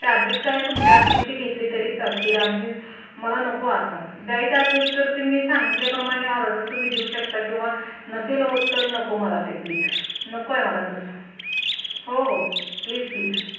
charges काय तुमचे असतील ते घेतले तरी चालतील आणि नि मला नको असं द्यायचं असेल तर ते मी सांगितल्याप्रमाणे ऑर्डर तुम्ही देऊ शकता किंवा नसेल होत तर नको मला ते प्लीज नको आहे मला तसं हो हो प्लीज प्लीज